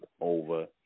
over